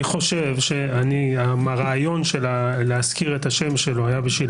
אני חושב שהרעיון להזכיר את השם שלו היה בשביל